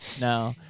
No